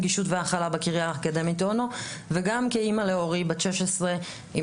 נגישות והכלה בקריה האקדמית אונו וגם כאמא לאורי בת 16 עם